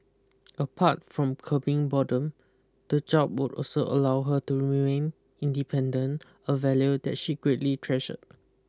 apart from curbing boredom the job would also allow her to remain independent a value that she greatly treasured